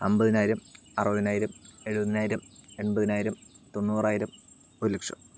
അമ്പതിനായിരം അറുപതിനായിരം എഴുപതിനായിരം എൺപതിനായിരം തൊണ്ണൂറായിരം ഒര് ലക്ഷം